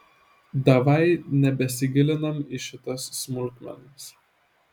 davai nebesigilinam į šitas smulkmenas